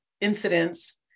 incidents